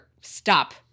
stop